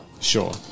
Sure